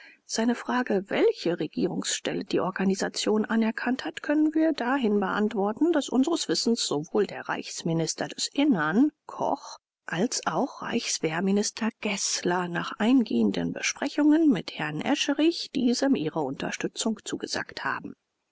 seine frage welche regierungsstelle die organisation anerkannt hat können wir dahin beantworten daß unseres wissens sowohl der reichsminister des innern koch als auch reichswehrminister geßler nach eingehenden besprechungen mit herrn escherich diesem ihre unterstützung zugesagt haben